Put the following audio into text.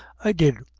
i did,